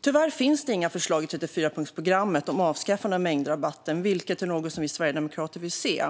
Tyvärr finns det inga förslag i 34-punktsprogrammet om avskaffande av mängdrabatten, vilket är något som vi sverigedemokrater vill se.